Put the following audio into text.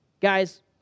Guys